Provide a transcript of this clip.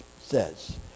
says